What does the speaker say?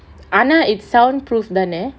ஆனா:aanaa is soundproof தான:thaana